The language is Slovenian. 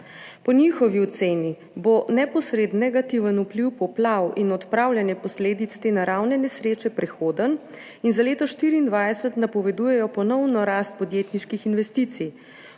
Po njihovi oceni bo neposreden negativen vpliv poplav in odpravljanja posledic te naravne nesreče prehoden in za leto 2024 napovedujejo ponovno rast podjetniških investicij.